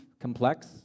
complex